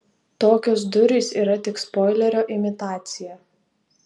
tokios durys yra tik spoilerio imitacija